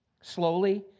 slowly